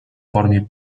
formie